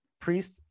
priest